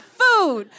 food